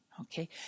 okay